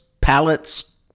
pallets